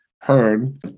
heard